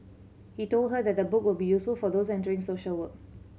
he told her that the book will be useful for those entering social work